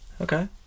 Okay